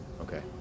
Okay